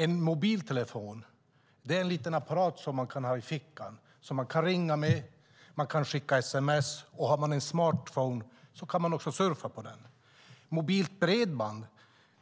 En mobiltelefon är en liten apparat som man kan ha i fickan, som man kan ringa och skicka sms med. Om man har en smartphone går det att surfa på den. Mobilt bredband